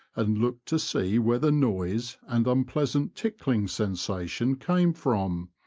and looked to see where the noise and unpleasant tickling sensation came from,